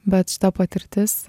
bet šita patirtis